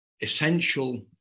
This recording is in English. essential